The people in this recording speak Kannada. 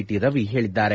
ಟಿ ರವಿ ಹೇಳಿದ್ದಾರೆ